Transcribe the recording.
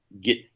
get